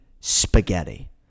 Spaghetti